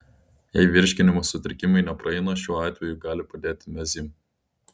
jei virškinimo sutrikimai nepraeina šiuo atveju gali padėti mezym